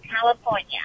California